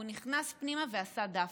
הוא נכנס פנימה ועשה דווקא.